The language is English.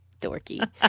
dorky